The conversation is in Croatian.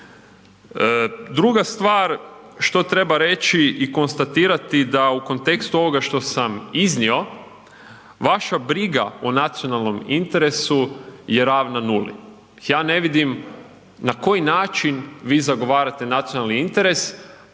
Druga stvar što treba reći i konstatirati da u kontekstu ovoga što sam iznio, vaša briga o nacionalnom interesu je ravna nuli, ja ne vidim na koji način vi zagovarate nacionalni interes